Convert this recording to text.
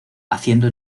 haciendo